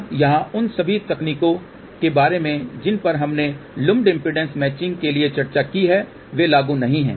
अब यहाँ उन सभी तकनीकों के बारे में जिन पर हमने लुम्पड इम्पीडेन्स मैचिंग के लिए चर्चा की है वे लागू नहीं हैं